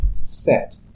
set